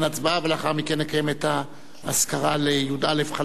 ולאחר מכן נקיים את האזכרה לי"א חללי מינכן.